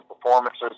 performances